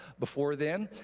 before then,